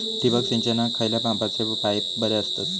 ठिबक सिंचनाक खयल्या मापाचे पाईप बरे असतत?